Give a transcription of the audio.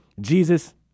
Jesus